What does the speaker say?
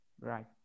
Right